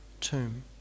tomb